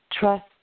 Trust